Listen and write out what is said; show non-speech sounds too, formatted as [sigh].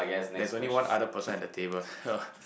there's only one other person at the table [laughs]